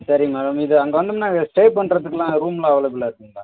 சரி மேடம் இது அங்கே வந்தோம்னால் ஸ்டே பண்றதுக்கெல்லாம் ரூமெல்லாம் அவைலபிளாக இருக்குதுங்களா